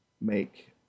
make